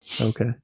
Okay